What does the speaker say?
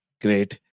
great